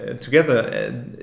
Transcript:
together